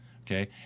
Okay